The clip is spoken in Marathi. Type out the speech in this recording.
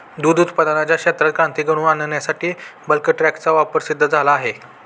दूध उत्पादनाच्या क्षेत्रात क्रांती घडवून आणण्यासाठी बल्क टँकचा वापर सिद्ध झाला आहे